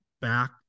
back